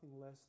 less